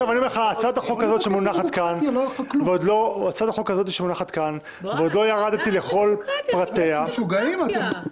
הצעת החוק הזאת שמונחת כאן ועוד לא ירדתי לכל פרטיה -- משוגעים אתם.